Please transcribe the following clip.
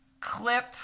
clip